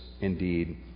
indeed